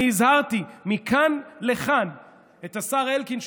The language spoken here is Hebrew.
אני הזהרתי מכאן לכאן את השר אלקין,